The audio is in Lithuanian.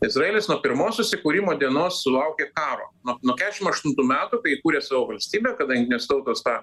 izraelis nuo pirmos susikūrimo dienos sulaukė karo nuo nuo kesšim aštuntų metų kai įkūrė savo valstybę kadangi nes tautos tą